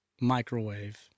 microwave